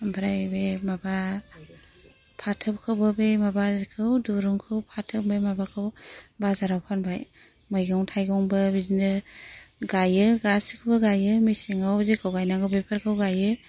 ओमफ्राय बे माबा फाथोखौबो बे माबाखौ दुरुंखौ फाथो ओमफाय बे माबाखौ बाजाराव फानबाय मैगं थायगंबो बिदिनो गायो गासिखौबो गायो मेसेङाव जेखौ गाइनांगौ बेफौरखौ गायो